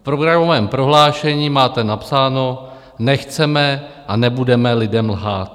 V programovém prohlášení máte napsáno: Nechceme a nebudeme lidem lhát.